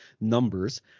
numbers